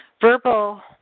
verbal